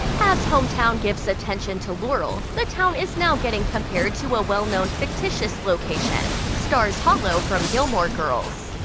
as home town gives attention to laurel, the town is now getting compared to a well-known, fictitious location stars hollow from gilmore girls.